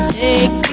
take